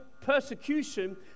persecution